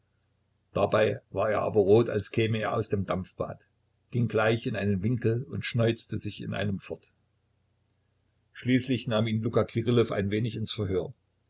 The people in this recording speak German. dabei war er aber rot als käme er aus dem dampfbad ging gleich in einen winkel und schneuzte sich in einem fort schließlich nahm ihn luka kirillow ein wenig ins verhör